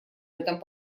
этом